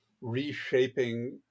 reshaping